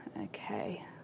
okay